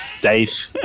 Dave